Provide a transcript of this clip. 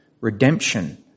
redemption